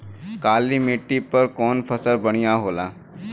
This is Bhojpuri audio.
काली माटी पर कउन फसल बढ़िया होला?